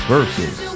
Versus